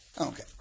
Okay